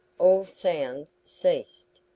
all sound ceased.